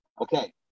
Okay